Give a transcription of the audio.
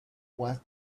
was